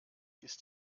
ist